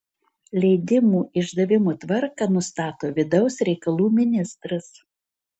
leidimų išdavimo tvarką nustato vidaus reikalų ministras